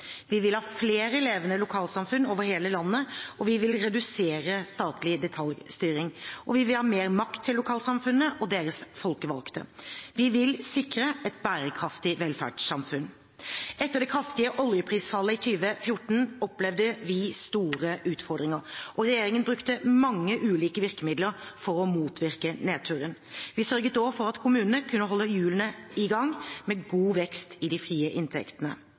Vi vil ha flere levende lokalsamfunn over hele landet, vi vil redusere statlig detaljstyring, og vi vil ha mer makt til lokalsamfunnene og deres folkevalgte. Vi vil sikre et bærekraftig velferdssamfunn. Etter det kraftige oljeprisfallet i 2014 opplevde vi store utfordringer, og regjeringen brukte mange ulike virkemidler for å motvirke nedturen. Vi sørget også for at kommunene kunne holde hjulene i gang, med god vekst i de frie inntektene.